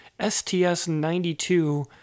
STS-92